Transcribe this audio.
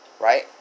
Right